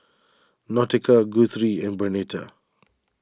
Nautica Guthrie and Bernita